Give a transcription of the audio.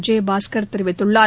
விஜயபாஸ்கர் தெரிவித்துள்ளார்